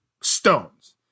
stones